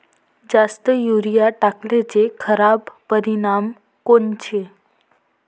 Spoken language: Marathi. जास्त युरीया टाकल्याचे खराब परिनाम कोनचे?